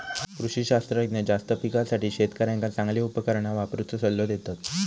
कृषी शास्त्रज्ञ जास्त पिकासाठी शेतकऱ्यांका चांगली उपकरणा वापरुचो सल्लो देतत